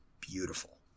beautiful